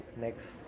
next